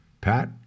Pat